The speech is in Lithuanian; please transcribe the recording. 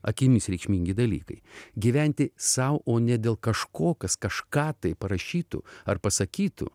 akimis reikšmingi dalykai gyventi sau o ne dėl kažko kas kažką tai parašytų ar pasakytų